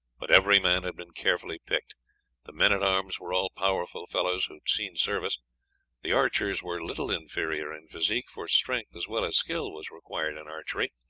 but every man had been carefully picked the men-at-arms were all powerful fellows who had seen service the archers were little inferior in physique, for strength as well as skill was required in archery,